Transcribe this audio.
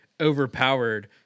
overpowered